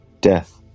Death